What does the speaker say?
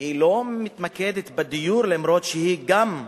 לא מתמקדת בדיור, אף-על-פי שהיא גם,